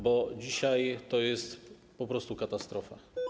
Bo dzisiaj to jest po prostu katastrofa.